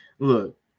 Look